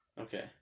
Okay